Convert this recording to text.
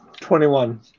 Twenty-one